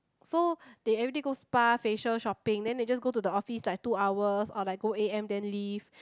so they everyday go spa facial shopping then they just go to the office like two hours or like go A_M then leave